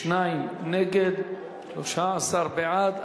32 נגד, 13 בעד.